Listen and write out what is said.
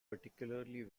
particularly